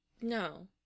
no